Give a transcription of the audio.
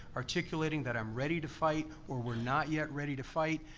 articulating that i'm ready to fight or we're not yet ready to fight,